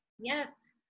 Yes